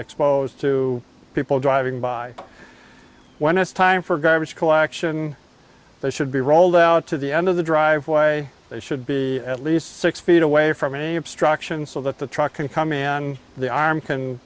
exposed to people driving by when it's time for garbage collection they should be rolled out to the end of the driveway they should be at least six feet away from any obstructions so that the truck can come in the arm can